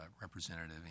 representative